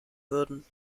würden